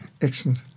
Excellent